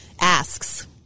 asks